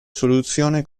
soluzione